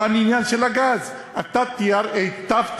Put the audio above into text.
אני מאמין לך, בכוונות הטובות